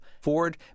Ford